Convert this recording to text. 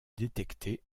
détecter